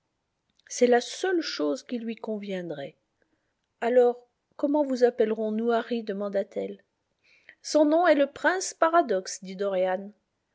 c'est la seule chose qui lui conviendrait alors comment vous appellerons nous harry demanda-t-elle son nom est le prince paradoxe dit dorian